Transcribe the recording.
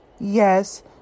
yes